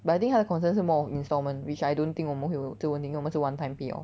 but I think 她的 concern 是 more of installment which I don't think 我们会有这个问题因为是 one time pay off